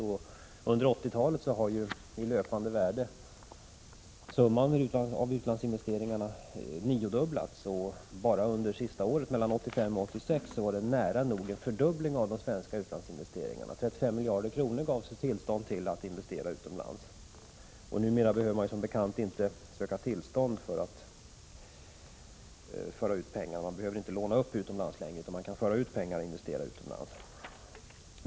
Under 1980-talet har i löpande värde summan av utlandsinvesteringarna niodubblats, och bara mellan åren 1985 och 1986 skedde nära nog en fördubbling av de svenska utlandsinvesteringarna. Tillstånd gavs till att investera 35 miljarder kronor utomlands. Numera behöver man som bekant inte låna upp pengar utomlands eller söka tillstånd för att föra ut pengar från Sverige.